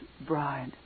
bride